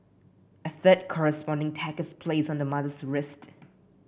a third corresponding tag is placed on the mother's wrist